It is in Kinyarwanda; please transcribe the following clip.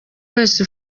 wese